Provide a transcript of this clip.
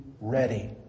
ready